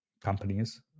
companies